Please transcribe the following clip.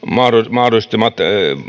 mahdollistamat